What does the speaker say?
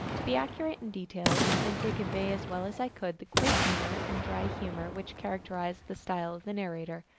to be accurate in details, and to convey as well as i could the quaint manner and dry humor which characterized the style of the narrator.